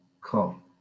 call